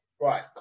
right